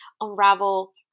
unravel